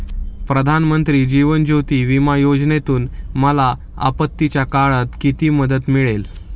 प्रधानमंत्री जीवन ज्योती विमा योजनेतून मला आपत्तीच्या काळात किती मदत मिळेल?